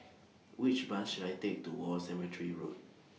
Which Bus should I Take to War Cemetery Road